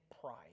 pride